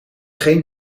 geen